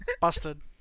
Busted